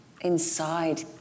inside